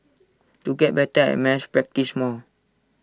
to get better at maths practise more